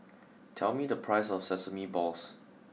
tell me the price of Sesame Balls